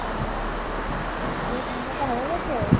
হুম পুজোর কেনাকাটা হয়ে গেছে